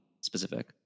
specific